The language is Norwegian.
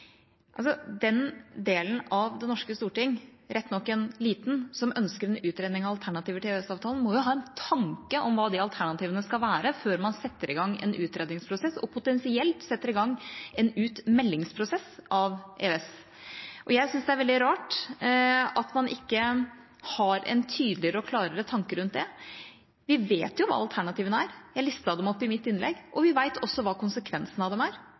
Den delen av det norske storting – rett nok en liten – som ønsker en utredning av alternativer til EØS-avtalen, må jo ha en tanke om hva de alternativene skal være, før man setter i gang en utredningsprosess og potensielt setter i gang en utmeldingsprosess av EØS. Jeg syns det er veldig rart at man ikke har en tydeligere og klarere tanke rundt det. Vi vet hva alternativene er. Jeg listet dem opp i mitt innlegg, og vi vet også hva konsekvensene av dem er.